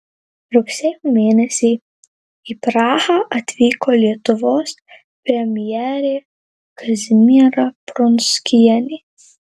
rugsėjo mėnesį į prahą atvyko lietuvos premjerė kazimiera prunskienė